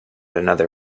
another